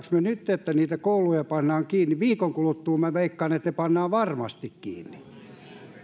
odotammeko me nyt että niitä kouluja pannaan kiinni viikon kuluttua minä veikkaan ne pannaan varmasti kiinni